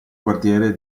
quartiere